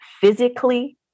physically